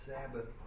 Sabbath